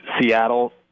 Seattle